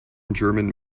german